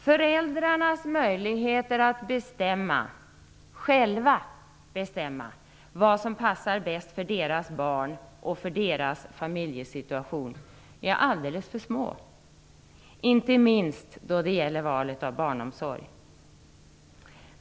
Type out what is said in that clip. Föräldrarnas möjligheter att själva bestämma vad som passar bäst för deras barn och för deras familjesituation är alldeles för små, inte minst då det gäller valet av barnomsorg.